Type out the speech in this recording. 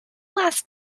last